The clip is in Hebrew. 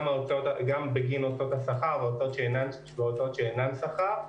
גם בגין הוצאות השכר והוצאות שאינן שכר.